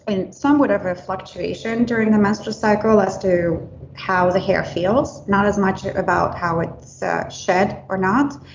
in some whatever, the fluctuation during the menstrual cycle as to how the hair feels not as much about how it's so shed or not,